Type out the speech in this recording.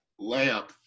layup